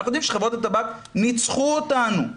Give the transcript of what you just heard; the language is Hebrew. אנחנו יודעים שחברות הטבק ניצחו אותנו.